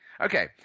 Okay